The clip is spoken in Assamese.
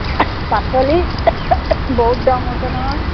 পাচলি বহুত দাম হৈছে নহয়